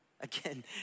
Again